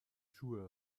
schuhe